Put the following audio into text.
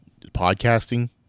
Podcasting